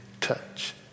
touch